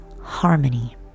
harmony